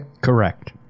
Correct